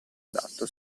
adatto